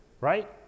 right